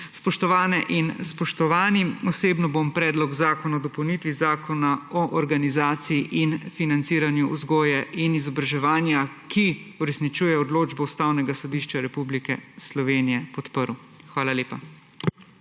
Spoštovane in spoštovani, osebno bom Predlog zakona o dopolnitvi Zakona o organizaciji in financiranju vzgoje in izobraževanja, ki uresničuje odločbo Ustavnega sodišča Republike Slovenije, podprl. Hvala lepa.